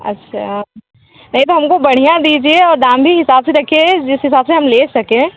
अच्छा नहीं तो हम को बढ़िया दीजिए और दाम भी हिसाब से रखिए जिस हिसाब से हम ले सकें